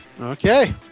Okay